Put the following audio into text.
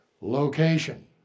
Location